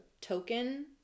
token